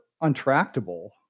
untractable